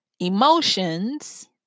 Emotions